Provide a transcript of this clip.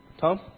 Tom